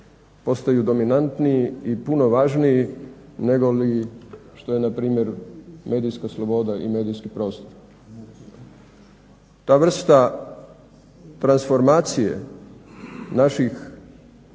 postaju dominantniji i puno važniji negoli što je npr. medijska sloboda i medijski prostor. Ta vrsta transformacije naših